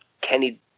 Kenny